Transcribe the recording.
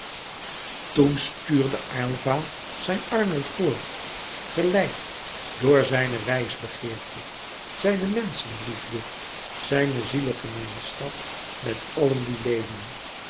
toen stuurde aylva zijn arnold voort geleid door zijne wijsbegeerte zijne menschenliefde zijne zielegemeenschap met allen die leden